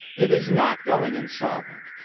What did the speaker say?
it is not going insolvent.